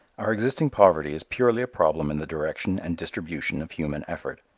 our existing poverty is purely a problem in the direction and distribution of human effort.